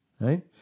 right